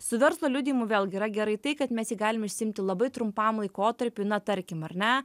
su verslo liudijimu vėlgi yra gerai tai kad mes jį galim išsiimti labai trumpam laikotarpiui na tarkim ar ne